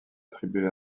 attribué